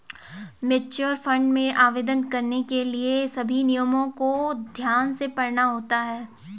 mutual fund में आवेदन करने के लिए सभी नियमों को ध्यान से पढ़ना होता है